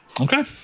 Okay